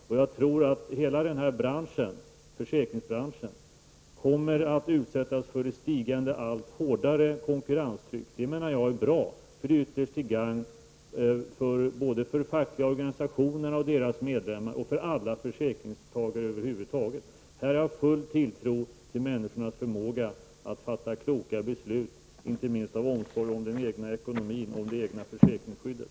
Vidare tror jag att hela försäkringsbranschen som sådan kommer att utsättas för ett allt hårdare konkurrenstryck. Och det är bra, för ytterst är det till gagn både för de fackliga organisationerna och deras medlemmar och för alla försäkringstagare över huvud taget. Här har jag alltså full tilltro till människors förmåga att fatta kloka beslut, inte minst av omsorg om den egna ekonomin och om det egna försäkringsskyddet.